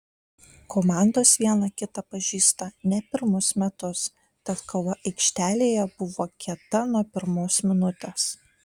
komandos viena kitą pažįsta ne pirmus metus tad kova aikštelėje buvo kieta nuo pirmos minutės